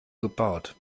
gebaut